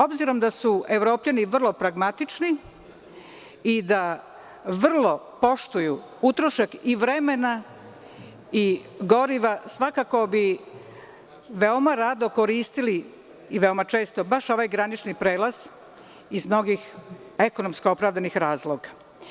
Obzirom da su Evropljani vrlo pragmatični i da vrlo poštuju utrošak i vremena i goriva svakako bi veoma rado koristili i veoma često, baš ovaj granični prelaz iz mnogih ekonomski opravdanih razloga.